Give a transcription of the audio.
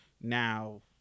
Now